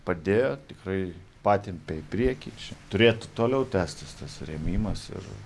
padėjo tikrai patempė į priekį čia turėtų toliau tęstis tas rėmimas ir